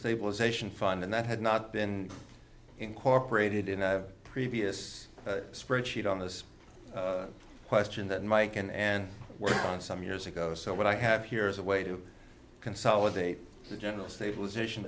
stabilization fund and that had not been incorporated in a previous spreadsheet on this question that mike can and work on some years ago so what i have here is a way to consolidate the general stabilization